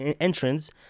Entrance